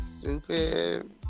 stupid